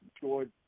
George